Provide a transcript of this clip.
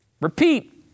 repeat